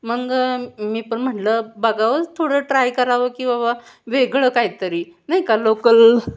मग मी पण म्हटलं बघावंच थोडं ट्राय करावं की बाबा वेगळं काहीतरी नाही का लोकल